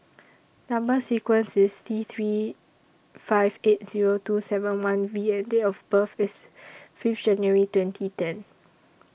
Number sequence IS T three five eight Zero two seven one V and Date of birth IS five January twenty ten